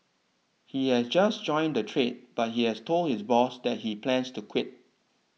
he has just joined the trade but he has told his boss that he plans to quit